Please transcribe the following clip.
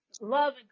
Love